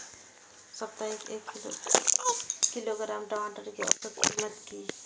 साप्ताहिक एक किलोग्राम टमाटर कै औसत कीमत किए?